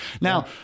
now